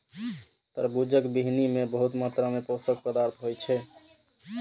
तरबूजक बीहनि मे बहुत मात्रा मे पोषक पदार्थ होइ छै